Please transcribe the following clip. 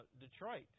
Detroit